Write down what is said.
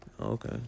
Okay